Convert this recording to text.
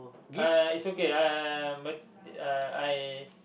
uh it's okay I am a uh I